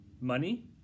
money